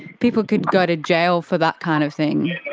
people could go to jail for that kind of thing.